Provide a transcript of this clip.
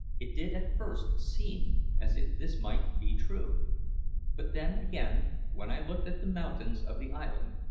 it did at first seem as if this might be true but then, again, when i looked at the mountains of the island,